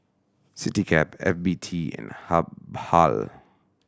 Citycab F B T and Habhal